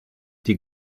die